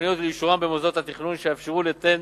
תוכניות ולאישורן במוסדות התכנון, שיאפשרו ליתן